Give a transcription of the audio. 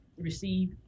receive